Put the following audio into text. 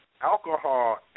Alcohol